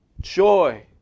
joy